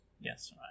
Yes